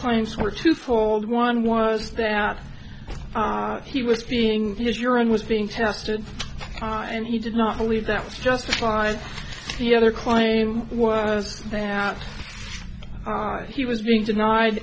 claims were two fold one was that he was being his urine was being tested and he did not believe that was justified the other claim was that he was being denied